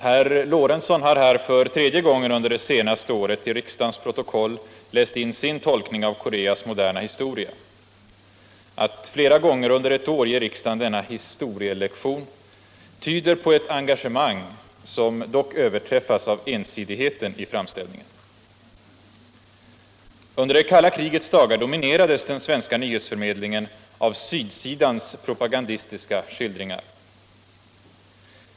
Herr Lorentzon har här nu för tredje gången under det senaste året till riksdagens protokoll läst in sin tolkning av Koreas moderna historia. Att flera gånger under ett år ge riksdagen denna historielektion tyder på ett engagemang, som dock överträffas av ensidigheten i framställningen. Under det kalla krigets dagar dominerades den svenska nyhetsförmedlingen av sydsidans propagandistiska skildringar.